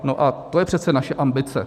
No a to je přece naše ambice.